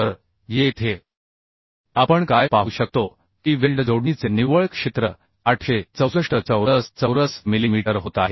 तर येथे आपण काय पाहू शकतो की वेल्ड जोडणीचे निव्वळ क्षेत्र 864 चौरस चौरस मिलीमीटर होत आहे